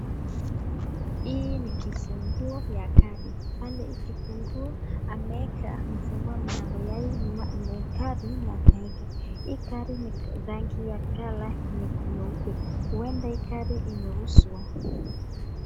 Hii ni kifunguo ya gari pale kifunguo ameweka mfunguo mlango yaani gari na amaweka gari kala nyeupe huenda hii gari imeuswa.